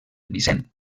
vicent